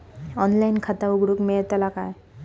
Online खाता उघडूक मेलतला काय?